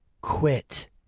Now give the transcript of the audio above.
quit